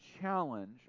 challenge